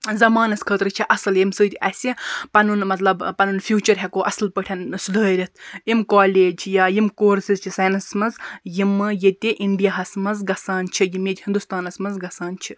زَمانَس خٲطرٕ چھ اصٕل یمہ سۭتۍ اَسہِ پَنُن مَطلَب پَنُن فیوچَر ہیٚکو اصٕل پٲٹھۍ سُدٲرِتھ یِم کالج چھِ یا یِم کورسِز چھِ ساینَسَس مَنٛز یمہِ ییٚتہِ اِنڈیا ہَس مَنٛز گَژھان چھِ یِم ییٚتہِ ہِندوستانَس مَنٛز گَژھان چھِ